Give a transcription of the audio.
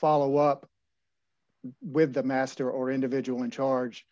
follow up with the master or individual in charge